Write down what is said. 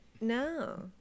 No